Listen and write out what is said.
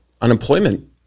unemployment